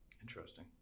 Interesting